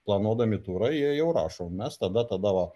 planuodami turą jie jau rašo mes tada tada va